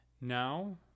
Now